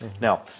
Now